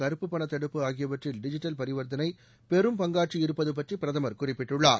கருப்பு பண தடுப்பு ஆகியவற்றில் டிஜிட்டல் பரிவர்த்தனை பெரும் பங்காற்றி இருப்பது பற்றி பிரதமர் குறிப்பிட்டுள்ளார்